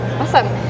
Awesome